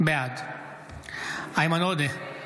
בעד איימן עודה,